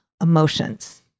emotions